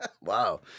Wow